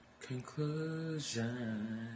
Conclusion